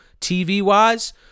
TV-wise